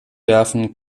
werfen